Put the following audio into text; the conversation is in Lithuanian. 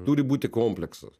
turi būti kompleksas